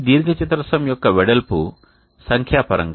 ఈ దీర్ఘచతురస్రం యొక్క వెడల్పు సంఖ్యాపరంగా 4